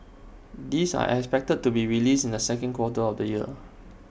these are expected to be released in the second quarter of this year